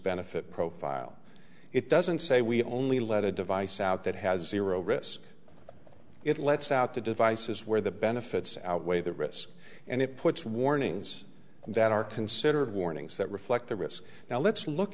benefit profile it doesn't say we only let a device out that has zero risk it lets out the devices where the benefits outweigh the risks and it puts warnings that are considered warnings that reflect the risk now let's look